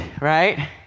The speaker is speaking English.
right